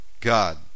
God